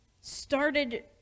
started